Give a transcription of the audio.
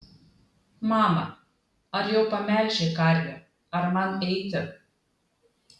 mama ar jau pamelžei karvę ar man eiti